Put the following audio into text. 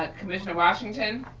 ah commissioner washington.